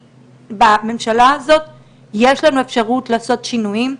בממשלה הזאת יש לנו אפשרות לעשות שינויים,